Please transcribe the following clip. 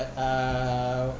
uh